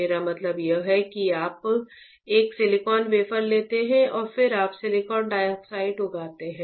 मेरा मतलब यह है कि आप एक सिलिकॉन वेफर लेते हैं और फिर आप सिलिकॉन डाइऑक्साइड उगाते हैं